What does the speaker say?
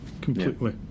completely